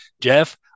Jeff